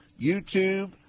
YouTube